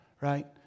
right